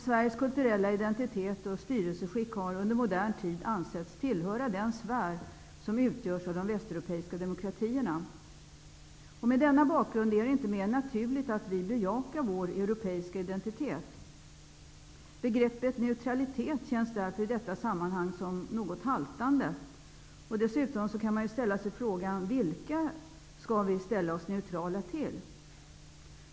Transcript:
Sveriges kulturella identitet och styrelseskick har under modern tid ansetts tillhöra den sfär som utgörs av de västeuropeiska demokratierna. Mot denna bakgrund är det inte mer än naturligt att vi bejakar vår europeiska identitet. Begreppet neutralitet känns därför i detta sammanhang något haltande. Dessutom kan man ställa sig frågan vilka vi skall ställa oss neutrala till.